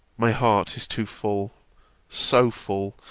my heart is too full so full,